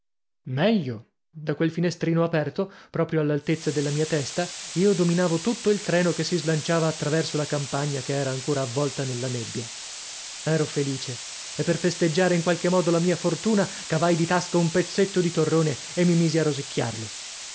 meglio da quel finestrino aperto proprio all'altezza della mia testa io dominavo tutto il treno che si slanciava a traverso la campagna che era ancora avvolta nella nebbia ero felice e per festeggiare in qualche modo la mia fortuna cavai di tasca un pezzetto di torrone e mi misi a rosicchiarlo